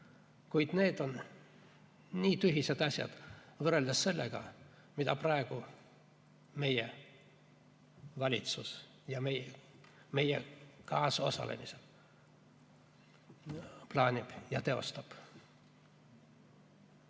Kuid need on nii tühised asjad võrreldes sellega, mida praegu meie valitsus meie kaasosalemisel plaanib ja teostab.